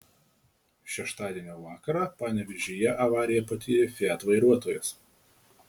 šeštadienio vakarą panevėžyje avariją patyrė fiat vairuotojas